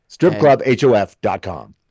StripClubHof.com